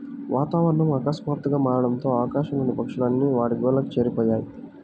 వాతావరణం ఆకస్మాతుగ్గా మారడంతో ఆకాశం లోని పక్షులు అన్ని వాటి గూళ్లకు చేరిపొయ్యాయి